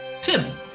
Tim